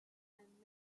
and